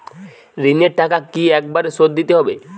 ঋণের টাকা কি একবার শোধ দিতে হবে?